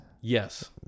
Yes